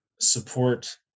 support